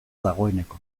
dagoeneko